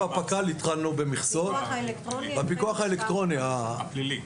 בפיקוח האלקטרוני הפלילי.